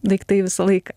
daiktai visą laiką